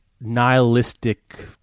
nihilistic